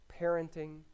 parenting